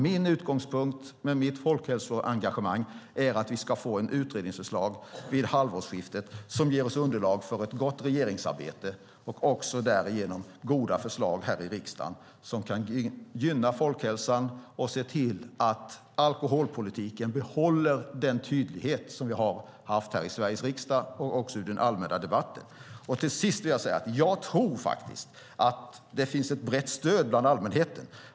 Min utgångspunkt med mitt folkhälsoengagemang är att vi ska få ett utredningsförslag vid halvårsskiftet som ger oss underlag för ett gott regeringsarbete och därigenom goda förslag här i riksdagen som kan gynna folkhälsan och se till att alkoholpolitiken behåller den tydlighet vi har haft här i Sveriges riksdag och också i den allmänna debatten. Till sist vill jag säga att jag tror att det finns ett brett stöd bland allmänheten.